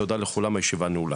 תודה לכולם, הישיבה נעולה.